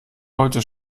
heute